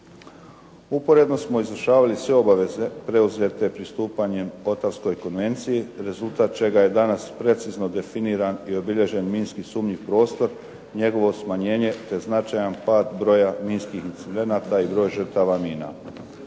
Usporedno smo izvršavali sve obveze preuzete pristupanjem Otawskoj konvenciji, rezultat čega je danas precizno definiran i obilježen minski sumnjiv prostor, njegovo smanjenje te značajan pad broja minskih incidenata i broj žrtava mina.